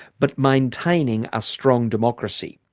but maintaining a strong democracy,